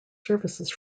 services